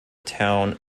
town